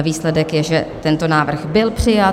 Výsledek je, že tento návrh byl přijat.